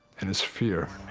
and his fear.